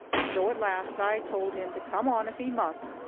so at last i told him to come on if he must,